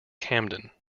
camden